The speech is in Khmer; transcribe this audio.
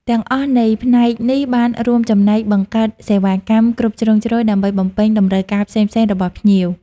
ទាំងអស់នៃផ្នែកនេះបានរួមចំណែកបង្កើតសេវាកម្មគ្រប់ជ្រុងជ្រោយដើម្បីបំពេញតម្រូវការផ្សេងៗរបស់ភ្ញៀវ។